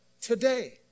today